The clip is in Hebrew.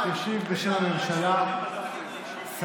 איזו הכרה, אם